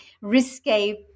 risque